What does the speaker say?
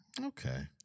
Okay